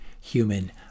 human